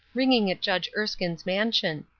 ringing at judge erskine's mansion.